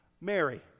Mary